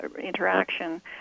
interaction